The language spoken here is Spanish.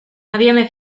habíame